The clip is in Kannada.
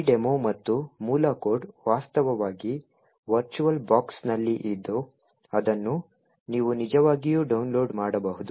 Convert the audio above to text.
ಈ ಡೆಮೊ ಮತ್ತು ಮೂಲ ಕೋಡ್ ವಾಸ್ತವವಾಗಿ ವರ್ಚುವಲ್ ಬಾಕ್ಸ್ ನಲ್ಲಿ ಇದ್ದು ಅದನ್ನು ನೀವು ನಿಜವಾಗಿಯೂ ಡೌನ್ಲೋಡ್ ಮಾಡಬಹುದು